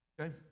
okay